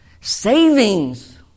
savings